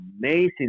amazing